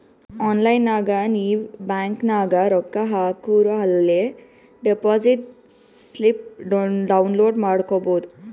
online ನಾಗ್ ನೀವ್ bank ನಾಗ್ ರೊಕ್ಕಾ ಹಾಕೂರ ಅಲೇ ಡೆಪೋಸಿಟ್ ಸ್ಲಿಪ್ ಡೌನ್ಲೋಡ್ ಮಾಡ್ಕೊಬೋದು